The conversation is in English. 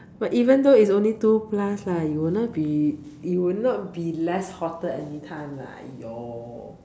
but even though it's two plus lah it would not be it would not be less hotter anytime lah !aiyo!